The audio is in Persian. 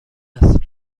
است